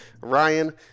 Ryan